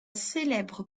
célèbre